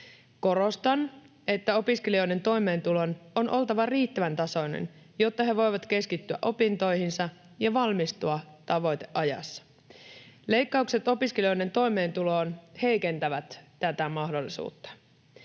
Korostan, että opiskelijoiden toimeentulon on oltava riittäväntasoinen, jotta he voivat keskittyä opintoihinsa ja valmistua tavoiteajassa. Leikkaukset opiskelijoiden toimeentuloon heikentävät tätä mahdollisuutta.